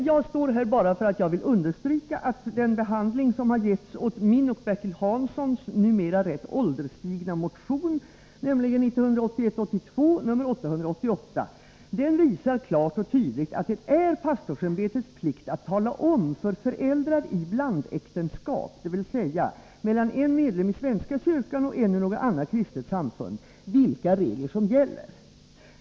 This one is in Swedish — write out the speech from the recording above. Fru talman! Jag vill bara understryka att behandlingen av min och Bertil Hanssons numera rätt ålderstigna motion, 1981/82:880, klart och tydligt visar att det är pastorsämbetets plikt att tala om för föräldrar i blandäktenskap, dvs. äktenskap mellan en medlem i svenska kyrkan och en ur något annat kristet samfund, vilka regler som gäller.